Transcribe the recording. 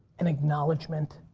an acknowledgement,